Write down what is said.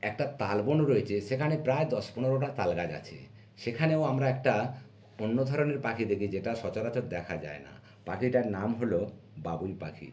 একটা তালবন রয়েছে সেখানে প্রায় দশ পনেরোটা তালগাছ আছে সেখানেও আমরা একটা অন্য ধরনের পাখি দেখি যেটা সচরাচর দেখা যায় না পাখিটার নাম হলো বাবুই পাখি